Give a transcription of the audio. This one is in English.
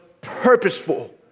purposeful